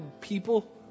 people